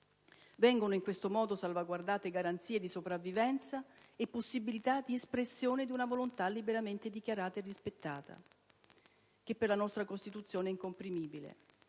Vengono in questo modo salvaguardate garanzie di sopravvivenza e possibilità di espressione di una volontà liberamente dichiarata e rispettata, che per la nostra Costituzione è incomprimibile.